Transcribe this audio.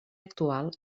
actual